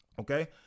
Okay